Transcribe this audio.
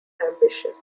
ambitious